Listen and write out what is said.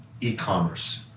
e-commerce